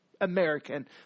American